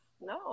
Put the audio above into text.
No